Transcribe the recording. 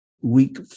week